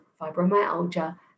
fibromyalgia